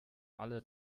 alle